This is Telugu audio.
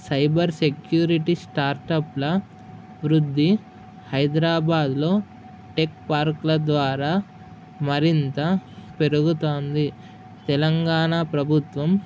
సైబర్ సెక్యూరిటీ స్టార్ట్అప్ల వృద్ధి హైదరాబాద్లో టెక్ పార్క్ల ద్వారా మరింత పెరుగుతోంది తెలంగాణ ప్రభుత్వం